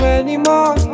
anymore